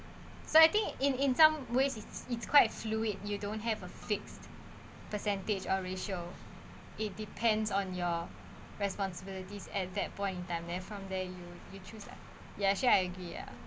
so I think in in some ways it's it's quite fluid you don't have a fixed percentage or ratio it depends on your responsibilities at that point in time then from there you you choose lah ya actually I agree ya